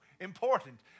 important